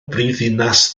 brifddinas